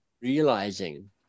realizing